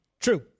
true